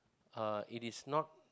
uh it is not